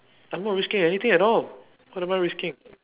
I'm not risking anything at all what am I risking